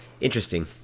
interesting